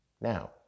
Now